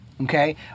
okay